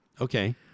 Okay